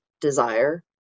desire